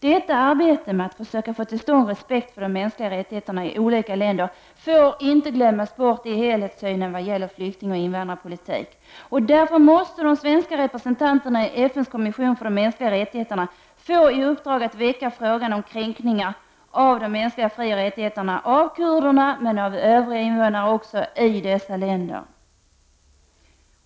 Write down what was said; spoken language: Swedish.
Detta arbete med att försöka få till stånd respekt för de mänskliga rättigheterna i olika länder får inte glömmas bort i helhetssynen vad gäller flyktingoch invandrarpolitiken. Därför måste de svenska representanterna i FN:s kommission för de mänskliga rättigheterna få i uppdrag att ta upp frågan om de kränkningar när det gäller de mänskliga frioch rättigheterna som riktas mot kurderna men även mot de övriga invånarna i dessa länder.